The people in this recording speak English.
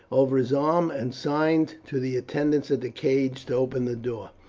over his arm, and signed to the attendants at the cage to open the door.